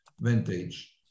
vintage